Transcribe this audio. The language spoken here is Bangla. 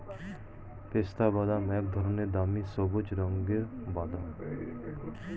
পেস্তাবাদাম এক ধরনের দামি সবুজ রঙের বাদাম